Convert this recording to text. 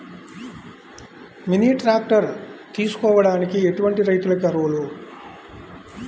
Mini tractor తీసుకోవడానికి ఎటువంటి రైతులకి అర్హులు?